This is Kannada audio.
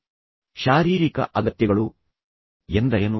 ಆತನು ಶಾರೀರಿಕ ಅಗತ್ಯಗಳು ಎಂದರೇನು